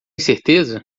certeza